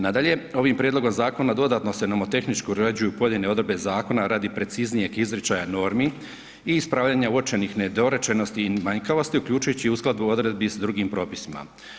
Nadalje, ovim prijedlogom zakona, dodatno se nomotehnički uređuju pojedine odredbe zakona, radi preciznijeg izričaja normi i ispravljanje uočenih nedorečenosti i manjkavosti, uključujući i u skladu odredbi i sa drugim propisima.